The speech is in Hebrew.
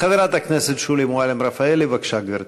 חברת הכנסת שולי מועלם-רפאלי, בבקשה, גברתי.